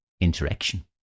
interaction